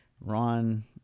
Ron